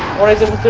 was a